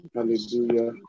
Hallelujah